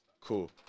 Cool